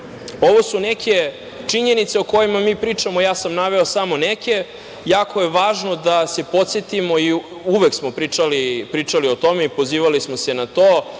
Ovo su neke činjenice o kojima mi pričamo. Naveo sam samo neke. Jako je važno da podsetimo i uvek smo pričali o tome i pozivali smo se na to,